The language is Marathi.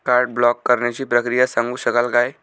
कार्ड ब्लॉक करण्याची प्रक्रिया सांगू शकाल काय?